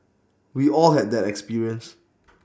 we all had that experience